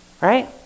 right